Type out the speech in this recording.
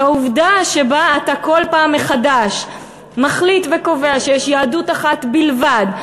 והעובדה שאתה כל פעם מחדש מחליט וקובע שיש יהדות אחת בלבד,